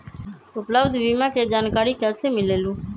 उपलब्ध बीमा के जानकारी कैसे मिलेलु?